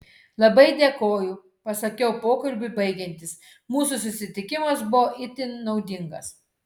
labai dėkoju pasakiau pokalbiui baigiantis mūsų susitikimas buvo itin naudingas